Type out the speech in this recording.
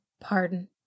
Pardon